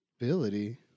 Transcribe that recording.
ability